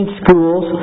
schools